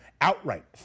outright